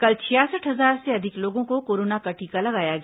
कल छियासठ हजार से अधिक लोगों को कोरोना का टीका लगाया गया